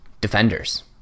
Defenders